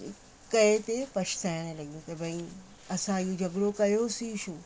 कए ते पछताइणु लॻियूं त ॿई असां हीअ झगड़ो कयोसीं ई छो